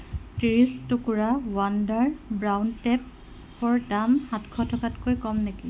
ত্ৰিশ টুকুৰা wonder brown টেপৰ দাম সাত টকাতকৈ কম নেকি